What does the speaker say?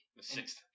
sixth